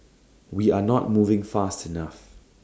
we are not moving fast enough